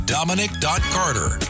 Dominic.Carter